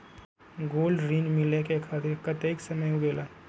Gold ऋण मिले खातीर कतेइक समय लगेला?